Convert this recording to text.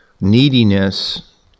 neediness